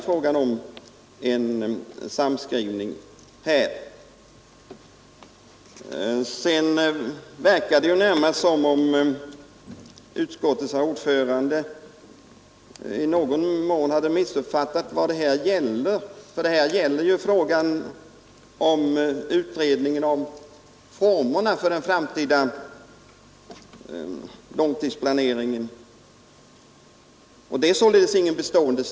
Det ver en samskrivning som om utskottets ordförande i någon mån hade missuppfattat vad reservationen gäller. Den innehåller krav på utredning om formerna för den långsiktiga samhällsplaneringen, och det är ju inte någonting bestående.